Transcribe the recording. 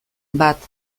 bat